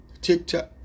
TikTok